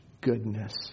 goodness